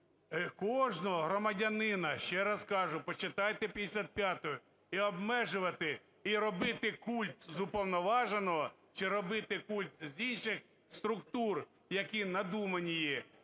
кожного громадянина. Ще раз кажу, почитайте 55-у. І обмежувати, і робити культ з уповноваженого, чи робити культ з інших структур, які надумані є,